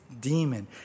demon